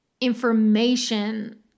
information